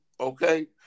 okay